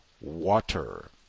water